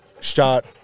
shot